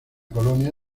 colonia